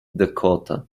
dakota